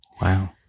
Wow